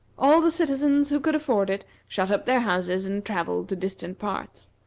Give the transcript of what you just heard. all the citizens who could afford it shut up their houses and travelled to distant parts,